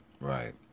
Right